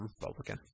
Republican